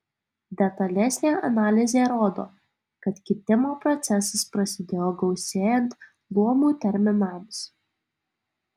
detalesnė analizė rodo kad kitimo procesas prasidėjo gausėjant luomų terminams